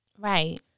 right